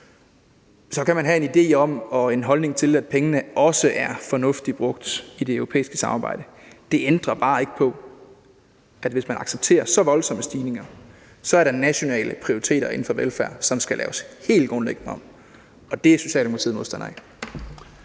så kan man have en idé om og den holdning, at pengene også er fornuftigt brugt i det europæiske samarbejde – og havde accepteret så voldsomme stigninger, så ville der være nationale prioriteter inden for velfærd, som skulle laves helt grundlæggende om, og det er Socialdemokratiet modstander af.